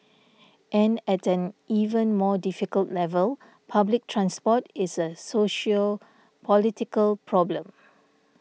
and at an even more difficult level public transport is a sociopolitical problem